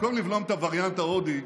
במקום לבלום את הווריאנט ההודי,